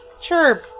Sure